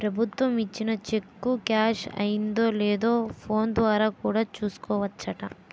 ప్రభుత్వం ఇచ్చిన cheque cash అయిందో లేదో ఫోన్ ద్వారా కూడా చూసుకోవచ్చట